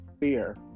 fear